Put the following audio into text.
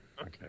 Okay